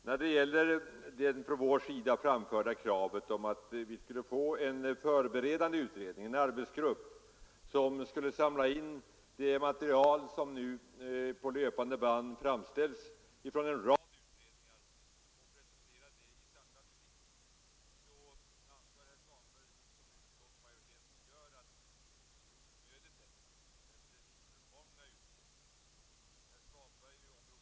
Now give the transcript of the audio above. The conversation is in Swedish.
När det gäller vårt krav på en arbetsgrupp som skulle samla in det material som nu framställs på löpande band av en rad utredningar och presentera det i samlat skick, så säger herr Svanberg i likhet med utskottets majoritet att det är onödigt med en sådan arbetsgrupp. Det finns redan alltför många utredningar.